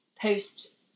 post